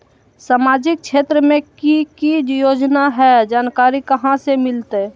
सामाजिक क्षेत्र मे कि की योजना है जानकारी कहाँ से मिलतै?